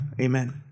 Amen